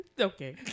Okay